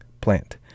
plant